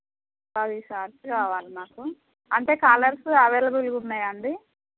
పది శారీస్ కావాలి మాకు అంటే కలర్సు అవైలబుల్గున్నాయండి